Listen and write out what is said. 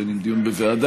בין אם דיון בוועדה,